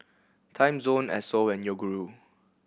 Timezone Esso and Yoguru